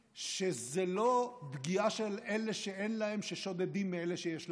שזו לא פגיעה של אלה שאין להם ששודדים מאלה שיש להם,